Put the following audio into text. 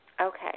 Okay